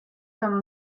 some